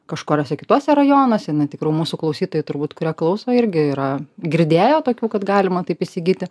kažkuriuose kituose rajonuose na tikrų mūsų klausytojai turbūt kurie klauso irgi yra girdėję tokių kad galima taip įsigyti